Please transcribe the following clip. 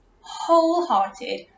wholehearted